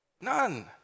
None